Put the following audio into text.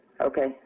Okay